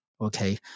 Okay